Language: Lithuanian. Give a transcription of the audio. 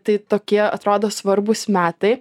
tai tokie atrodo svarbūs metai